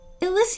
Elysia